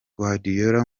guardiola